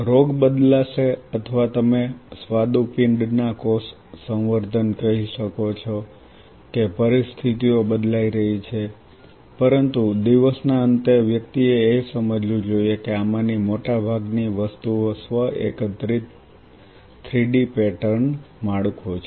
રોગ બદલાશે અથવા તમે સ્વાદુપિંડ ના કોષ સંવર્ધન કહી શકો છો કે પરિસ્થિતિઓ બદલાઈ રહી છે પરંતુ દિવસના અંતે વ્યક્તિએ જે સમજવું જોઈએ કે આમાંની મોટાભાગની વસ્તુઓ સ્વ એકત્રિત પેટર્ન 3D માળખું છે